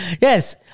yes